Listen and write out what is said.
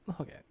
Okay